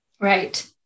Right